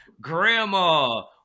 Grandma